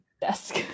desk